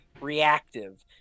reactive